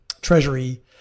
treasury